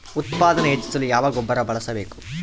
ಉತ್ಪಾದನೆ ಹೆಚ್ಚಿಸಲು ಯಾವ ಗೊಬ್ಬರ ಬಳಸಬೇಕು?